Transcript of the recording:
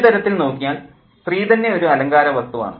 ഒരു തരത്തിൽ നോക്കിയാൽ സ്ത്രീ തന്നെ ഒരു അലങ്കാര വസ്തുവാണ്